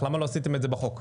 למה לא עשיתם את זה בחוק?